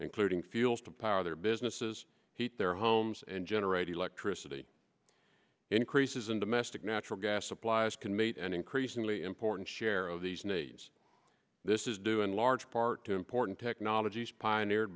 including feels to power their businesses heat their homes and generate electricity increases in domestic natural gas supplies can meet an increasingly important share of these needs this is due in large part to important technologies pioneered